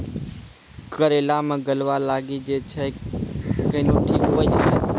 करेला मे गलवा लागी जे छ कैनो ठीक हुई छै?